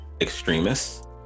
extremists